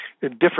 different